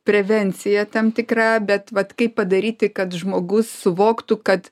prevencija tam tikra bet vat kaip padaryti kad žmogus suvoktų kad